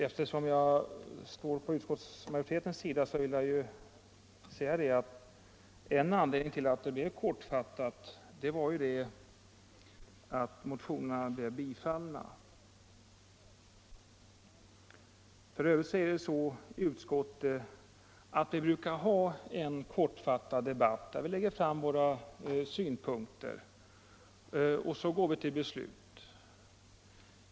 Eftersom jag står på utskottsmajoritetens sida, vill jag säga att en anledning till att betänkandet blev kortfattat vara att motionerna tillstyrktes. F. ö. är det så i utskottet att vi brukar ha en kortfattad debatt, där vi lägger fram våra synpunkter, och därefter går vi till beslut.